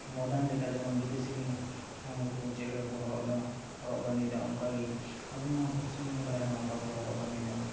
ᱢᱳᱰᱟᱱ ᱞᱮᱠᱟ ᱡᱮᱢᱚᱱ ᱵᱤᱫᱮᱥᱤ ᱨᱤᱱ ᱦᱚᱲ ᱠᱚ ᱪᱮᱫ ᱞᱮᱠᱟ ᱠᱚ ᱦᱚᱨᱚᱜ ᱮᱫᱟ ᱦᱚᱨᱚ ᱵᱟᱸᱫᱮᱭᱮᱫᱟ ᱚᱱᱠᱟ ᱜᱮ ᱟᱵᱚ ᱱᱚᱣᱟ ᱯᱚᱥᱪᱤᱢ ᱵᱟᱝᱞᱟ ᱨᱮᱦᱚᱸ ᱚᱱᱠᱟ ᱠᱚ ᱦᱚᱨᱚᱜ ᱵᱟᱸᱫᱮᱭᱮᱫᱟ